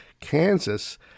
Kansas